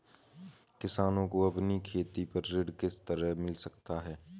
किसानों को अपनी खेती पर ऋण किस तरह मिल सकता है?